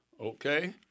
Okay